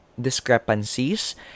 discrepancies